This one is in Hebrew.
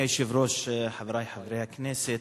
אדוני היושב-ראש, חברי חברי הכנסת,